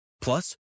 Plus